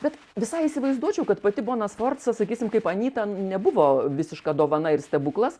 bet visai įsivaizduočiau kad pati bona sforca sakysim kaip anyta n nebuvo visiška dovana ir stebuklas